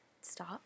stop